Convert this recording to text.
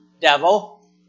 devil